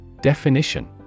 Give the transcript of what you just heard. Definition